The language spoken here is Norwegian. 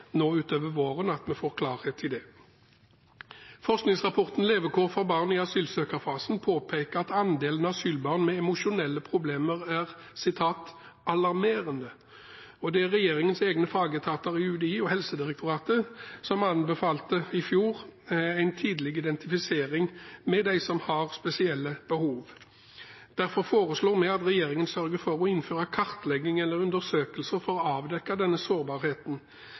nå utover våren, og at vi får klarhet i det. Forskningsrapporten Levekår for barn i asylsøkerfasen påpeker at andelen asylbarn med emosjonelle problemer er «alarmerende». Regjeringens egne fagetater UDI og Helsedirektoratet anbefalte i fjor en tidlig identifisering av dem som har spesielle behov. Derfor foreslår vi at regjeringen sørger for å innføre kartlegginger eller undersøkelser for å avdekke denne sårbarheten.